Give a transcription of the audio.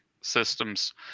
systems